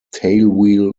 tailwheel